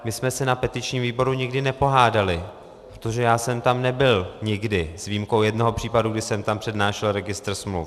My jsme se na petičním výboru nikdy nepohádali, protože já jsem tam nebyl nikdy s výjimkou jednoho případu, kdy jsem tam přednášel registr smluv.